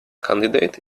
candidate